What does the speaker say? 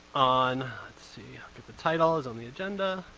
on, let's see, look at the titles on the agenda.